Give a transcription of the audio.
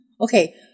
Okay